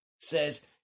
says